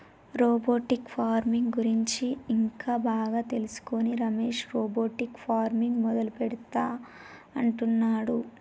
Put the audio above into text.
robotic farming గురించి ఇంకా బాగా తెలుసుకొని రమేష్ రోబోటిక్ ఫార్మింగ్ మొదలు పెడుతా అంటున్నాడు